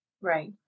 Right